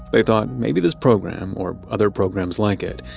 they thought maybe this program, or other programs like it,